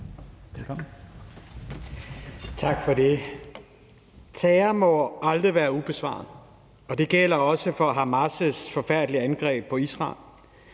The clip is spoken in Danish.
Tak for det. Terror må aldrig være ubesvaret, og det gælder også for Hamas' frygtelige angreb på Israel.